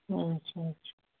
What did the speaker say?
اچھا اچھا